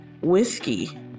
whiskey